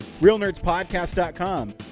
realnerdspodcast.com